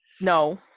No